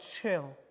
chill